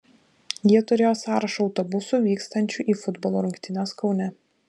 jie turėjo sąrašą autobusų vykstančių į futbolo rungtynes kaune